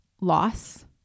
loss